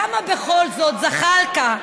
למה בכל זאת זחאלקה,